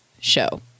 show